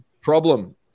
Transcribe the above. problem